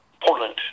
Portland